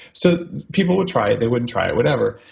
so people would try, they wouldn't try or whatever,